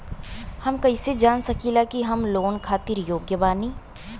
हम कईसे जान सकिला कि हम लोन खातिर योग्य बानी?